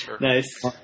Nice